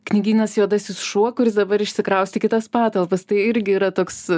knygynas juodasis šuo kuris dabar išsikraustė į kitas patalpas tai irgi yra toks